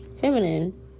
feminine